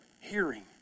Hearing